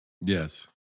Yes